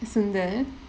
sundar